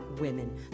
women